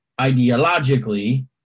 ideologically